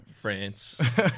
France